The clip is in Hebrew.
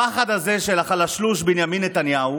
הפחד הזה של החלשלוש בנימין נתניהו